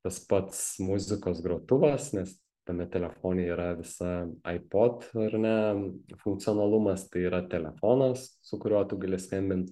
tas pats muzikos grotuvas nes tame telefone yra visa ai pod ar ne funkcionalumas tai yra telefonas su kuriuo tu gali skambint